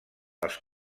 els